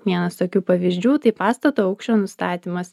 vienas tokių pavyzdžių tai pastato aukščio nustatymas